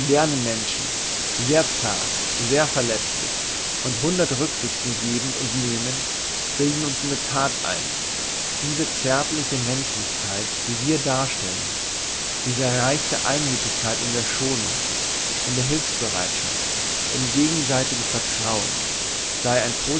modernen menschen sehr zart sehr verletzlich und hundert rücksichten gebend und nehmend bilden uns in der that ein diese zärtliche menschlichkeit die wir darstellen diese erreichte einmüthigkeit in der schonung in der hülfsbereitschaft im gegenseitigen vertrauen sei ein